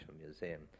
Museum